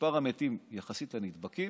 מספר המתים יחסית לנדבקים,